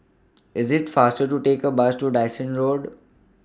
IS IT faster to Take A Bus to Dyson Road